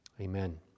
amen